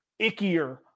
ickier